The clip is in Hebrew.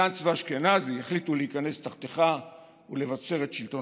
גנץ ואשכנזי החליטו להיכנס תחתיך ולבצר את שלטונך.